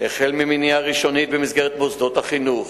ממניעה ראשונית במסגרת מוסדות החינוך,